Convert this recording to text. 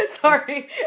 sorry